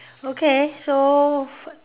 okay so f~